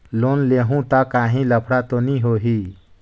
Loan लेहूं ता काहीं लफड़ा तो नी होहि?